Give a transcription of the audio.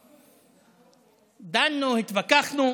דנו, התווכחנו,